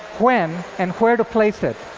when, and where to place it.